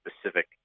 specific